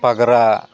ᱯᱟᱜᱽᱨᱟ